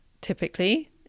typically